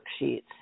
worksheets